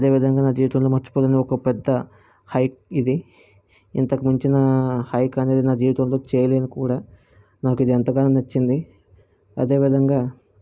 అదే విధంగా నా జీవితంలో మర్చిపోలేనిది ఒక పెద్ద హైక్ ఇది ఇంతకు మించిన హైక్ అనేది నా జీవితంలో చేయలేను కూడా నాకు ఇదెంతగానో నచ్చింది అదే విధంగా